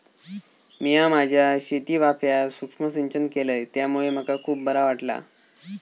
मिया माझ्या शेतीवाफ्यात सुक्ष्म सिंचन केलय त्यामुळे मका खुप बरा वाटला